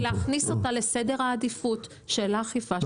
להכניס אותה לסדר העדיפות של האכיפה של המשרד.